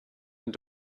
and